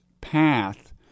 path